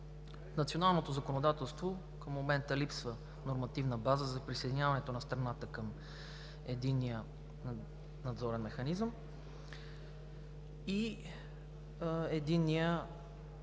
националното законодателство към момента липсва нормативна база за присъединяването на страната към Единния надзорен механизъм и Единния